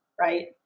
right